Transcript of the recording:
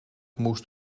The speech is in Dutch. moest